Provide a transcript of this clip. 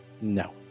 no